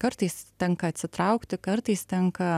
kartais tenka atsitraukti kartais tenka